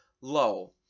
low